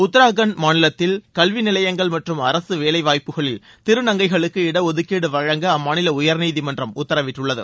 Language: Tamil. உத்தராகண்ட் மாநிலத்தில் கல்விநிலையங்கள் மற்றும் அரசு வேலைவாய்ப்புகளில் திருநங்கைகளுக்கு இடஒதுக்கீடு வழங்க அம்மாநில உயர்நீதிமன்றம் உத்தரவிட்டுள்ளது